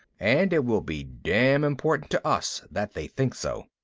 and it will be damn important to us that they think so!